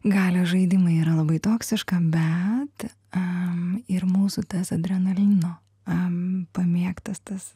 galios žaidimai yra labai toksiška bet a ir mūsų tas adrenalino a pamėgtas tas